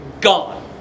gone